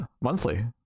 monthly